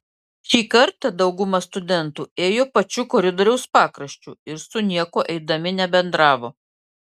šį kartą dauguma studentų ėjo pačiu koridoriaus pakraščiu ir su niekuo eidami nebendravo